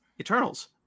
Eternals